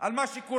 על מה שקורה.